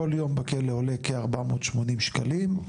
כל יום בכלא עולה כ-480 שקלים,